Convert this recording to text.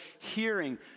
hearing